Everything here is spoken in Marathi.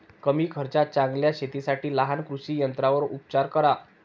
कमी खर्चात चांगल्या शेतीसाठी लहान कृषी यंत्रांवर उपचार करा